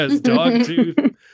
Dogtooth